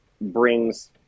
brings